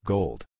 gold